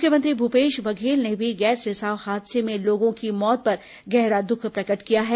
मुख्यमंत्री भूपेश बघेल ने भी गैस रिसाव हादसे में लोगों की मौत पर गहरा दुख प्रकट किया है